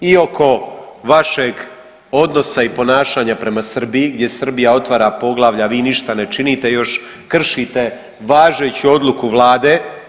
I oko vašeg odnosa i ponašanja prema Srbiji gdje Srbija otvara poglavlja, a vi ništa ne činite još kršite važeću odluku vlade.